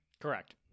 Correct